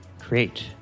create